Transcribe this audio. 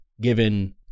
given